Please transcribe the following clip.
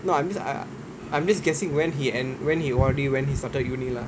no I'm just I'm just guessing when he ent~ when he O_R_D when he started university lah